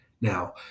Now